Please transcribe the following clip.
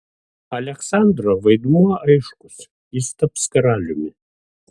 aleksandro vaidmuo aiškus jis taps karaliumi